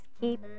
keep